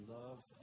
love